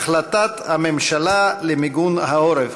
החלטת הממשלה למיגון העורף,